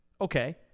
okay